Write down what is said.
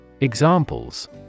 Examples